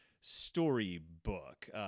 storybook